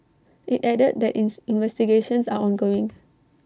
IT added that ins investigations are ongoing